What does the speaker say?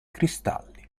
cristalli